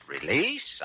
Release